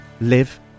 live